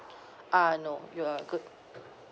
ah no you are good